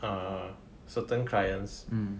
err certain clients